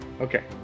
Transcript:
Okay